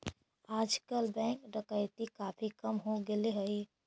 आजकल बैंक डकैती काफी कम हो गेले हई